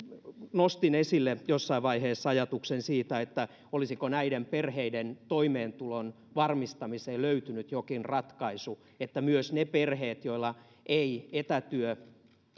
nostin esille jossain vaiheessa ajatuksen siitä olisiko näiden perheiden toimeentulon varmistamiseen löytynyt jokin ratkaisu niin että myös ne perheet joilla ei etätyö